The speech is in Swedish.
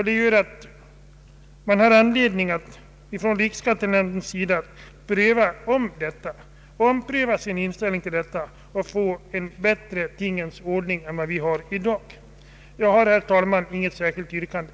Det finns anledning för riksskattenämnden att ompröva sin inställning till detta, så att vi får en bättre tingens ordning än vi har i dag. Jag har, herr talman, inget ytterligare yrkande.